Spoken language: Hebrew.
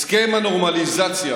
הסכם הנורמליזציה